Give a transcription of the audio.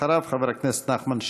אחריו, חבר הכנסת נחמן שי.